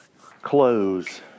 clothes